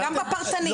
גם בפרטני.